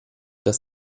dass